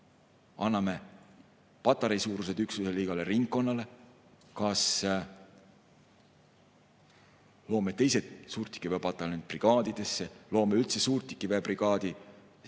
anname patareisuurused üksused igale ringkonnale, kas loome teised suurtükiväe pataljonid brigaadidesse või loome üldse suurtükiväe brigaadi.